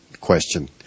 question